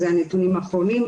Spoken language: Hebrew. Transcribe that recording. אלה הנתונים האחרונים,